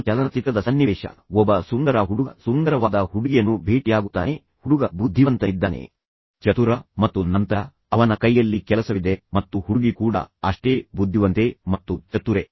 ಒಂದು ಚಲನಚಿತ್ರದ ಸನ್ನಿವೇಶವನ್ನು ತೆಗೆದುಕೊಳ್ಳೋಣ ಒಬ್ಬ ಸುಂದರ ಹುಡುಗ ಸುಂದರವಾದ ಹುಡುಗಿಯನ್ನು ಭೇಟಿಯಾಗುತ್ತಾನೆ ಹುಡುಗ ಬುದ್ಧಿವಂತನಿದ್ದಾನೆ ಚತುರ ಮತ್ತು ನಂತರ ಅವನ ಕೈಯಲ್ಲಿ ಕೆಲಸವಿದೆ ಮತ್ತು ಹುಡುಗಿ ಕೂಡ ಅಷ್ಟೇ ಬುದ್ದಿವಂತೆ ಮತ್ತು ಚತುರೆ